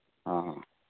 ᱦᱚᱸ